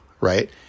right